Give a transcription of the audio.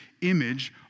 image